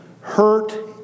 Hurt